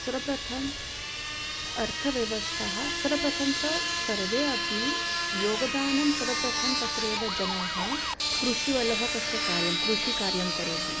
सर्वप्रथमम् अर्थव्यवस्थाः सर्वप्रथमं तु सर्वे अपि योगदानं सर्वप्रथमं तत्रेव जनाः कृषिवलः तस्य कार्यं कृषिकार्यं करोति